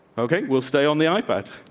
okay, we'll stay on the ah ipad.